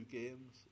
games